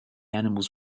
animals